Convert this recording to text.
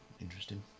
interesting